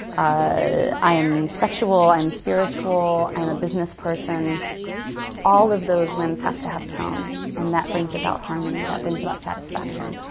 i am sexual, i am spiritual. i'm a businessperson, all of those limbs have to have tone and that brings about harmony. that brings about satisfaction.